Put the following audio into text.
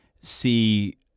see